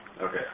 Okay